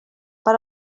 per